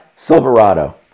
Silverado